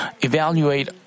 evaluate